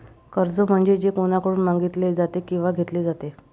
कर्ज म्हणजे जे कोणाकडून मागितले जाते किंवा घेतले जाते